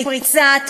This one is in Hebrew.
פריצה,